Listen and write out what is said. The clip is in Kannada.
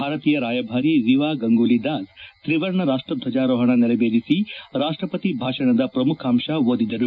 ಭಾರತೀಯ ರಾಯಭಾರಿ ರಿವಾ ಗಂಗೂಲಿ ದಾಸ್ ತ್ರಿವರ್ಣ ರಾಪ್ವ ದ್ವಜಾರೋಹಣ ನೆರವೇರಿಸಿ ರಾಪ್ವಪತಿ ಭಾಷಣದ ಪ್ರಮುಖಾಂಶ ಓದಿದರು